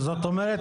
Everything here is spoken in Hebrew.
למה?